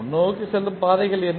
முன்னோக்கி செல்லும் பாதைகள் என்ன